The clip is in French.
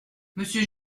monsieur